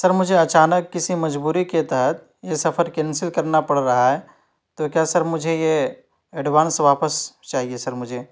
سر مجھے اچانک کسی مجبوری کے تحت یہ سفر کینسل کرنا پڑ رہا ہے تو کیا سر مجھے یہ ایڈوانس واپس چاہیے سر مجھے